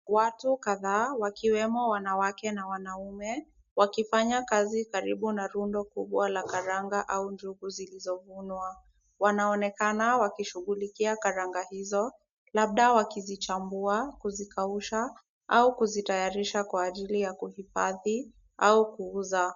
Watu kadhaa wakiwemo wanawake na wanaume, wakifanya kazi karibu na rundo kubwa na karanga au njugu zilizovunwa. Wanaonekana wakishughulikia karanga hizo labda wakizichambua ,kuzikausha au kuzitayarisha kwa ajili ya kuhifadhi au kuuza.